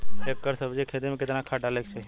एक एकड़ सब्जी के खेती में कितना खाद डाले के चाही?